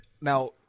now